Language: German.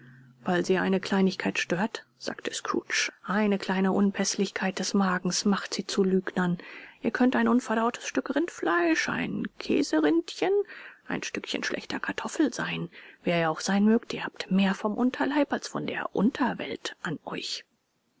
weil sie eine kleinigkeit stört sagte scrooge eine kleine unpäßlichkeit des magens macht sie zu lügnern ihr könnt ein unverdautes stück rindfleisch ein käserindchen ein stückchen schlechter kartoffel sein wer ihr auch sein mögt ihr habt mehr vom unterleib als von der unterwelt an euch